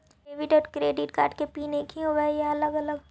Debit और credit card के pin एकही होव हइ या अलग अलग?